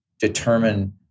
determine